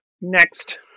Next